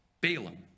Balaam